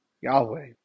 Yahweh